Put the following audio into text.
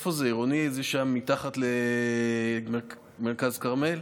איפה זה, מתחת למרכז כרמל?